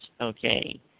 okay